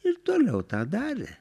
ir toliau tą darė